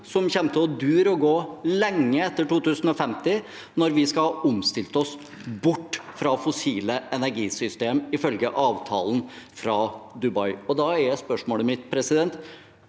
som kommer til å dure og gå lenge etter 2050 – når vi skal ha omstilt oss bort fra fossile energisystemer, ifølge avtalen fra Dubai. Da er spørsmålet mitt: Hvordan